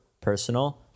personal